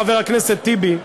חבר הכנסת טיבי,